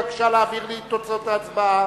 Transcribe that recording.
בבקשה להעביר לי את תוצאות ההצבעה.